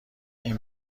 این